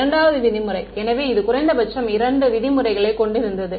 2 வது விதிமுறை எனவே இது குறைந்தபட்சம் 2 விதிமுறைகளைக் கொண்டிருந்தது